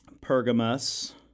Pergamus